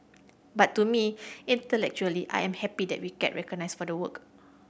but to me intellectually I am happy that we get recognised for the work